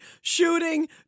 shooting